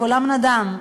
קולם נדם.